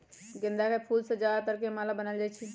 गेंदा के फूल से ज्यादातर माला बनाएल जाई छई